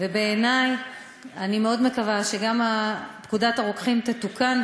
אני מאוד מקווה שגם פקודת הרוקחים תתוקן,